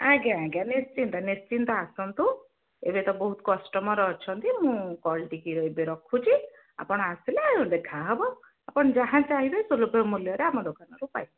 ଆଜ୍ଞା ଆଜ୍ଞା ନିଶ୍ଚିନ୍ତ ନିଶ୍ଚିନ୍ତ ଆସନ୍ତୁ ଏବେ ତ ବହୁତ କଷ୍ଟମର୍ ଅଛନ୍ତି ମୁଁ କଲ୍ ଟିକେ ଏବେ ରଖୁଛି ଆପଣ ଆସିଲେ ଆଉ ଦେଖାହେବ ଆପଣ ଯାହା ଚାହିଁବେ ସୁଲଭ ମୂଲ୍ୟରେ ଆମ ଦୋକାନରୁ ପାଇବେ